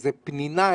איזה פנינה,